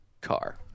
Car